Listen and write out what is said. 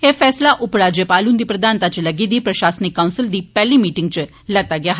एह फैसला उप राज्यपाल हुन्दी प्रधानता च लग्गी दी प्रशासिनक कौंसल दी पैहली मीटिंग च लैता गेआ ऐ